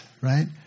Right